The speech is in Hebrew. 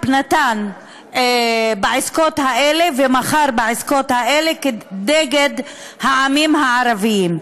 נתן ומכר בעסקאות האלה כנגד העמים הערביים.